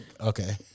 Okay